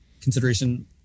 consideration